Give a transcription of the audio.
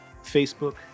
Facebook